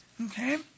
Okay